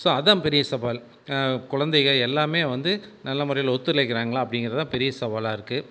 so அதுதான் பெரிய சவால் கொழந்தைங்க எல்லாமே வந்து நல்ல முறையில் ஒத்துழைலைக்கிறாங்களா அப்படிங்குறதுதான் பெரிய சவாலாக இருக்குது